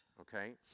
okay